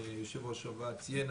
שיושב ראש הוועד ציין,